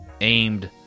aimed